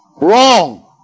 Wrong